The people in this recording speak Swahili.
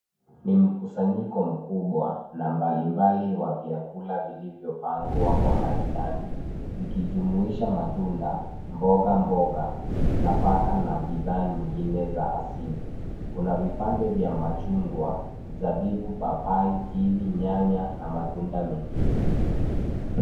Ni mkusnyiko mkubwa na mbalimbali wa vyakula vilivyopangwa kwa maridadi, ikijumuisha matunda, mboga mboga nafaka na bidhaa nyingine za asili. Kuna vipande vya machungwa, zabibu, papai, kiwi, nyanya na matunda mengine.